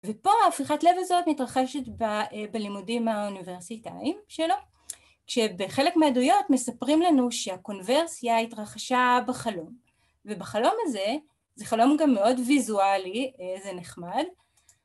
ופה הפריחת לב הזאת מתרחשת בלימודים האוניברסיטאיים שלו כשבחלק מהעדויות מספרים לנו שהקונברסיה התרחשה בחלום ובחלום הזה, זה חלום גם מאוד ויזואלי, זה נחמד